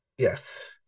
Yes